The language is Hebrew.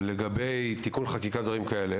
לגבי תיקון חקיקה ודברים כאלה